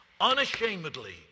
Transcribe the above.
unashamedly